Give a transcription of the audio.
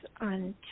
on